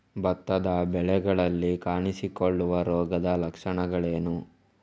ಭತ್ತದ ಬೆಳೆಗಳಲ್ಲಿ ಕಾಣಿಸಿಕೊಳ್ಳುವ ರೋಗದ ಲಕ್ಷಣಗಳೇನು?